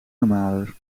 normaler